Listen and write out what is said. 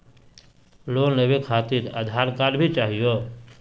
Loan लेवे खातिरआधार card भी चाहियो?